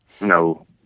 No